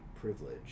privilege